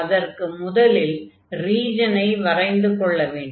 அதற்கு முதலில் ரீஜனை வரைந்து கொள்ள வேண்டும்